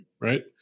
Right